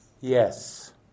Yes